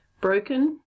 Broken